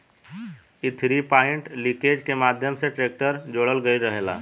इ three point linkage के माध्यम से ट्रेक्टर से जोड़ल गईल रहेला